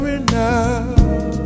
enough